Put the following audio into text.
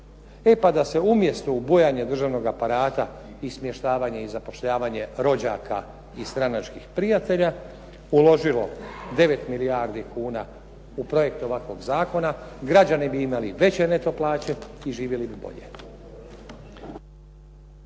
E pa da se umjesto u bujanje državnog aparata i smještavanje i zapošljavanje rođaka i stranačkih prijatelja uložilo 9 milijardi kuna u projekt ovakvog zakona, građani bi imali veće neto plaće i živjeli bi bolje.